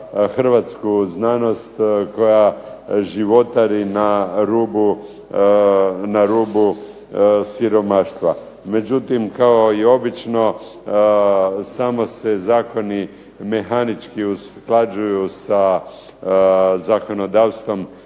hrvatsku znanost koja životari na rubu siromaštva. Međutim, kao i obično samo se zakoni mehanički usklađuju sa zakonodavstvom